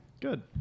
Good